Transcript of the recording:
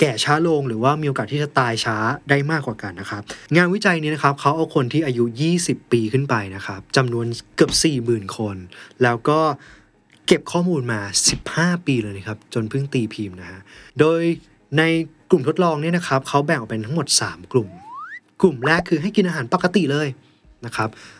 แก่ช้าลงหรือว่ามีโอกาสที่จะตายช้าได้มากกว่ากันนะครับ งานวิจัยนี้นะครับ เขาเอาคนที่อายุ 20 ปีขึ้นไปนะครับ จำนวนเกือบ 40,000 คน แล้วก็เก็บข้อมูลมา 15 ปีเลยนะครับ จนเพิ่งตีพิมพ์นะฮะ โดยในกลุ่มทดลองนี้นะครับ เขาแบ่งออกเป็นทั้งหมดสามกลุ่ม กลุ่มแรกคือให้กินอาหารปกติเลยนะครับ